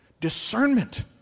Discernment